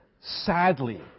sadly